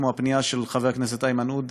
כמו הפנייה של חבר הכנסת איימן עודה